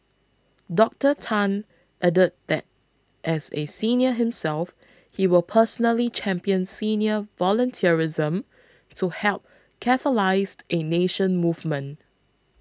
Doctor Tan added that as a senior himself he will personally champion senior volunteerism to help catalysed a nation movement